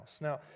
Now